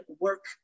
work